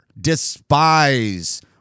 despise